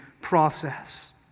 process